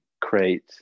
create